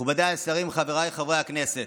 מכובדיי השרים, חבריי חברי הכנסת,